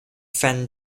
fen